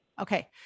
Okay